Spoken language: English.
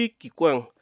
kikwang